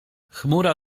chmura